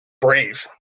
brave